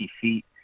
feet